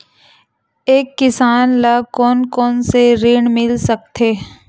एक किसान ल कोन कोन से ऋण मिल सकथे?